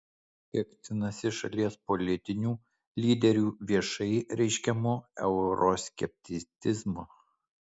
piktinasi šalies politinių lyderių viešai reiškiamu euroskepticizmu